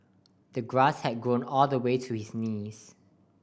the grass had grown all the way to his knees